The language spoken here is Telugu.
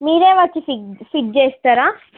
మీరే వచ్చి ఫి ఫిట్ చేస్తారా